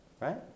Right